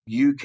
UK